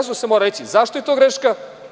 Samo ću reći zašto je to greška.